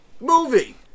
Movie